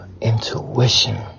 intuition